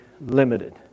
limited